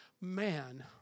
man